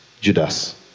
Judas